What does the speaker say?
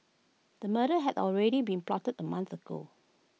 the murder had already been plotted A month ago